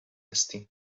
هستین